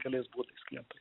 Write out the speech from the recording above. keliais būdais klientai